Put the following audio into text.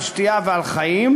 על שתייה ועל חיים,